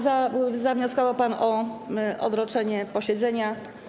Zawnioskował pan o odroczenie posiedzenia.